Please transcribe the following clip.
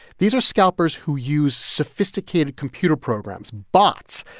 these are scalpers who use sophisticated computer programs, bots,